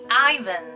Ivan